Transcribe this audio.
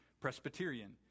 Presbyterian